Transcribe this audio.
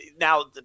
now